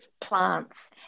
plants